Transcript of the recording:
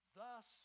thus